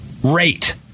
rate